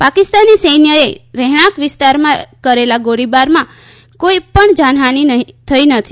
પાકિસ્તાની સૈન્યએ રહેણાંક વિસ્તારમાં કરેલા ગોળીબારમાં કોઈ પણ જાન હાની થઈ નથી